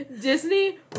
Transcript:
Disney